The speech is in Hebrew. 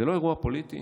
זה לא אירוע פוליטי.